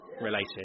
related